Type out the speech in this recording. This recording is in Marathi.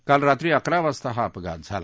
काल रात्री अकरा वाजता हा अपघात झाला